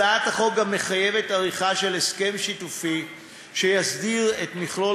הצעת החוק גם מחייבת עריכה של הסכם שיתופי שיסדיר את מכלול